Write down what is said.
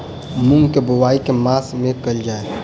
मूँग केँ बोवाई केँ मास मे कैल जाएँ छैय?